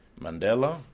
Mandela